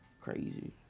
Crazy